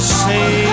say